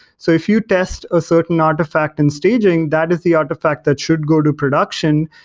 so if you test a certain artifact in staging, that is the artifact that should go to production,